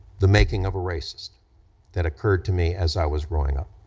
the making of a racist that occurred to me as i was growing up.